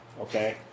Okay